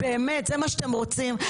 באמת, זה מה שאתם רוצים?